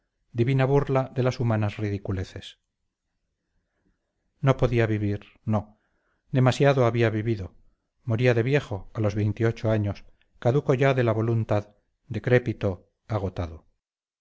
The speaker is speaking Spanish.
divina burla de las humanas ridiculeces no podía vivir no demasiado había vivido moría de viejo a los veintiocho años caduco ya de la voluntad decrépito agotado